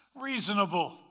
reasonable